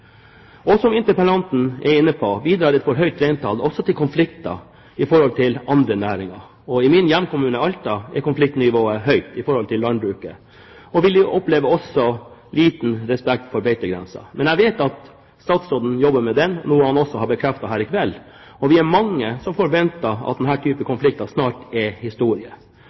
og som interpellanten var inne på, bidrar et for høyt reintall også til konflikter med andre næringer. I min hjemkommune, Alta, er konfliktnivået høyt i forhold til landbruket, og vi opplever også liten respekt for beitegrenser. Men jeg vet at statsråden jobber med det, noe han også har bekreftet her i kveld. Vi er mange som forventer at denne type konflikter snart er historie.